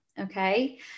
Okay